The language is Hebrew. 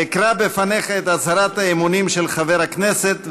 אקרא בפניך את הצהרת האמונים של חבר הכנסת,